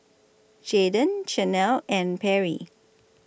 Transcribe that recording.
Jadon Chanelle and Perry